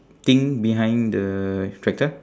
thing behind the tractor